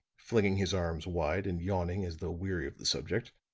flinging his arms wide and yawning as though weary of the subject,